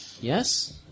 Yes